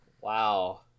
Wow